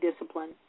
discipline